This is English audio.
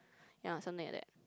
ya something like that